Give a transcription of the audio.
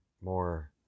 more